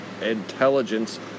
intelligence